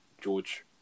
George